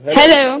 hello